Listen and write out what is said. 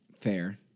Fair